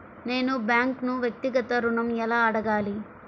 నేను బ్యాంక్ను వ్యక్తిగత ఋణం ఎలా అడగాలి?